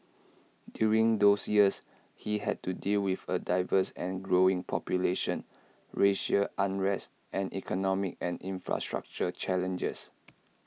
during those years he had to deal with A diverse and growing population racial unrest and economic and infrastructural challenges